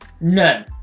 None